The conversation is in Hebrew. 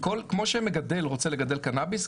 כמו שמגדל רוצה לגדל קנאביס,